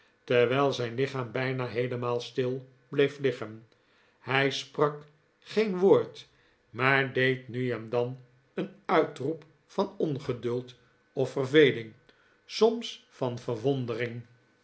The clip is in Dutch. terwijl zijn lichaam bijna heelemaal stil bleef liggen hij sprak geen woord maar deed nu en dan een uitroep van ongeduld of verveling soms van verwondering